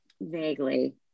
Vaguely